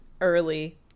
early